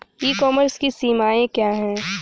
ई commerce की सीमाएं क्या हैं?